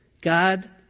God